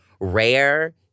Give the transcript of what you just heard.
rare